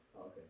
Okay